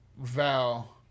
Val